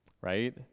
right